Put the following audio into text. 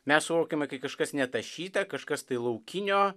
mes suvokiame kai kažkas netašyta kažkas tai laukinio